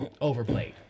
overplayed